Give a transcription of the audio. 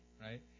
right